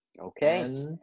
Okay